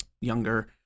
younger